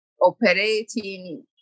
operating